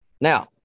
Now